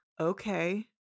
Okay